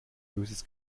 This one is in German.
böses